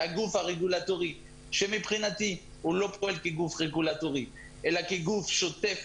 לגוף הרגולטורי שמבחינתי הוא לא פועל כגוף רגולטורי אלא כגוף שוטף